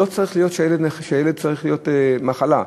לא צריך שלילד תהיה מחלה.